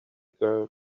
girl